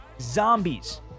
zombies